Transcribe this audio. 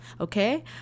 okay